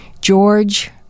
George